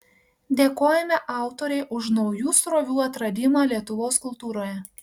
dėkojame autorei už naujų srovių atradimą lietuvos kultūroje